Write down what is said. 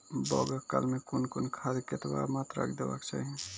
बौगक काल मे कून कून खाद केतबा मात्राम देबाक चाही?